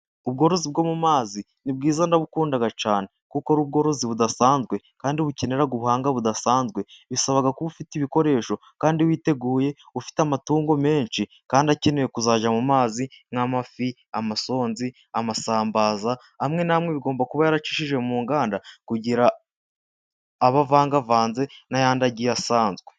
Ubworozi bwo mu mazi ni bwiza ndabukunda cyane kuko ari ubworozi budasanzwe kandi bukenera ubuhanga budasanzwe, bisaba kuba ufite ibikoresho kandi witeguye ufite amatungo menshi kandi akeneye kuzajya mu mazi nk'amafi ,amasonzi, amasambaza, amwe namwe bigomba kuba yaracishije mu nganda kugira ngo abe avangavanze ,n'ayandi agiye asanzwe.